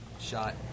shot